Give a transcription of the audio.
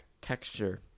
texture